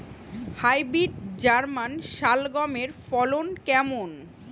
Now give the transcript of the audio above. Hybrid German শালগম এর ফলন কেমন?